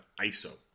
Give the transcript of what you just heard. ISO